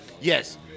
Yes